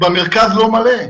במרכז לא מלא.